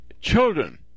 Children